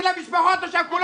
אני משפחה שכולה.